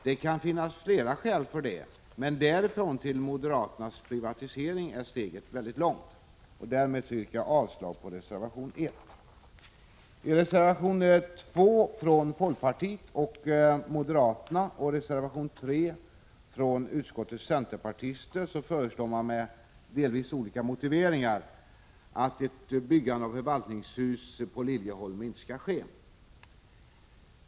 Det kan finnas flera skäl för det, men därifrån till moderaternas privatisering är steget långt. Därmed yrkar jag avslag på reservation 1. I reservation 2 från folkpartiet och moderaterna och reservation 3 från utskottets centerpartister föreslås med delvis olika motiveringar att byggande av ett förvaltningshus på Liljeholmen inte skall ske.